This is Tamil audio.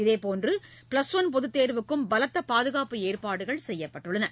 இதேபோன்று ப்ளஸ் ஒன் பொதுத்தேர்வுக்கும் பலத்த பாதுகாப்பு ஏற்பாடுகள் செய்யப்பட்டுள்ளன